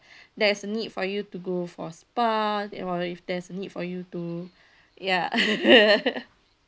there is a need for you to go for spa you know if there's a need for you to ya